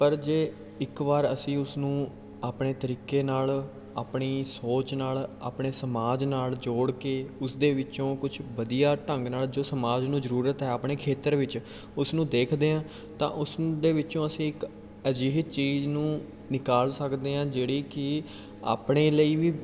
ਪਰ ਜੇ ਇੱਕ ਵਾਰ ਅਸੀਂ ਉਸ ਨੂੰ ਆਪਣੇ ਤਰੀਕੇ ਨਾਲ ਆਪਣੀ ਸੋਚ ਨਾਲ ਆਪਣੇ ਸਮਾਜ ਨਾਲ ਜੋੜ ਕੇ ਉਸ ਦੇ ਵਿੱਚੋਂ ਕੁਛ ਵਧੀਆ ਢੰਗ ਨਾਲ ਜੋ ਸਮਾਜ ਨੂੰ ਜ਼ਰੂਰਤ ਹੈ ਆਪਣੇ ਖੇਤਰ ਵਿੱਚ ਉਸ ਨੂੰ ਦੇਖਦੇ ਹਾਂ ਤਾਂ ਉਸ ਨੂੰ ਦੇ ਵਿੱਚੋਂ ਅਸੀਂ ਇੱਕ ਅਜਿਹੇ ਚੀਜ਼ ਨੂੰ ਨਿਕਾਲ ਸਕਦੇ ਹਾਂ ਜਿਹੜੀ ਕਿ ਆਪਣੇ ਲਈ ਵੀ